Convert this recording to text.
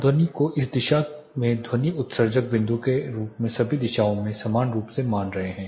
हम ध्वनि को इस दिशा में ध्वनि उत्सर्जक बिंदु के रूप में सभी दिशाओं में समान रूप से मान रहे हैं